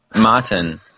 Martin